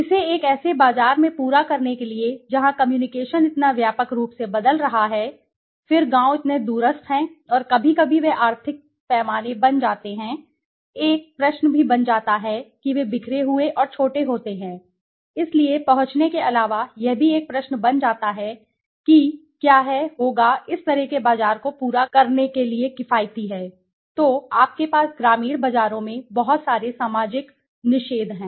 इसे एक ऐसे बाजार में पूरा करने के लिए जहां कम्युनिकेशन इतना व्यापक रूप से बदल रहा है फिर गाँव इतने दूरस्थ हैं और कभी कभी वे आर्थिक के पैमाने बन जाते हैं एक प्रश्न भी बन जाता है कि वे बिखरे हुए और छोटे होते हैं इसलिए पहुँचने के अलावा यह भी एक प्रश्न बन जाता है कि क्या है होगा इस तरह के बाजार को पूरा करने के लिए किफायती है तो आपके पास ग्रामीण बाजारों में बहुत सारे सामाजिक निषेध हैं